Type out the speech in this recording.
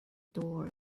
door